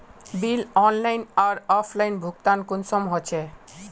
Bill online आर offline भुगतान कुंसम होचे?